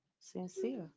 sincere